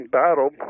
battle